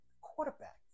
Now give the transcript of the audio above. quarterback